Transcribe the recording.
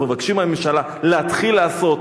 אנחנו מבקשים מהממשלה להתחיל לעשות.